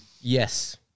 Yes